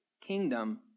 kingdom